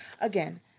Again